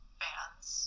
fans